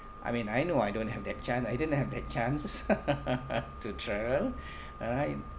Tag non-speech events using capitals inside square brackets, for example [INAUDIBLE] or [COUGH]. I mean I know I don't have that chance I didn't have that chance [LAUGHS] to travel all right